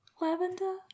Lavender